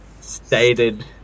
stated